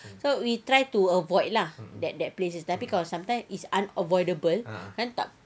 so we try to avoid lah that that place tapi kalau sometimes it's unavoidable